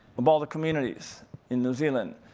of all the communities in new zealand.